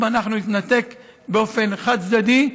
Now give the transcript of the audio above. אם אנחנו נתנתק באופן חד-צדדי,